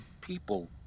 people